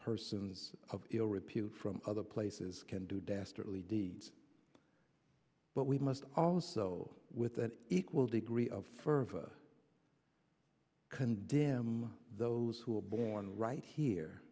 persons of ill repute from other places can do dastardly deeds but we must also with an equal degree of fervor condemn those who are born right here